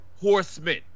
horsemen